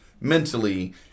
mentally